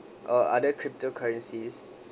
or other crypto currencies